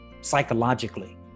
psychologically